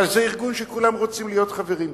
אבל זה ארגון שכולם רוצים להיות חברים בו,